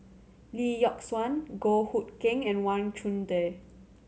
Lee Yock Suan Goh Hood Keng and Wang Chunde